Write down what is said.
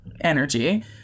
energy